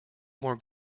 more